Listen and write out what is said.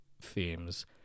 themes